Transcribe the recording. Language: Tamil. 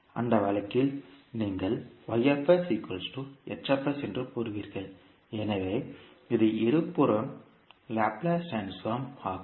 அந்த வழக்கில் நீங்கள் என்று கூறுவீர்கள் எனவே இது இருபுறமும் லாப்லேஸ் ட்ரான்ஸ்போர்ம் ஆகும்